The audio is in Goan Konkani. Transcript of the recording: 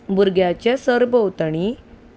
भुरग्याचे सरभोंवतणी